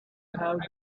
have